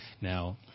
now